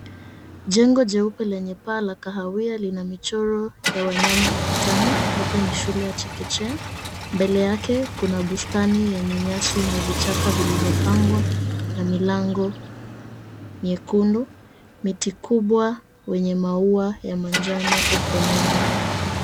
Jengo jeupe lenye paa la kahawia lina michoro ya wanyama ukutani. Labda ni shule ya chekechea. Mbele yake kuna bustani yenye nyasi na vichaka vilivyopangwa na milango nyekundu. Mti kubwa wenye maua wa manjano upo nyuma.